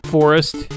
Forest